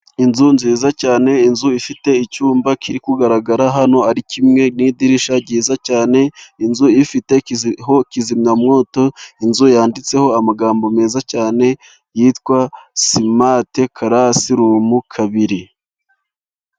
Inzu nziza cyane, inzu ifite icyumba kiri kugaragara hano ari kimwe n'idirishya ryiza cyane. Inzu ifite kizimyamwoto, inzu yanditseho amagambo meza cyane yitwa simatekarasi rumu kabiri.